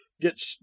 get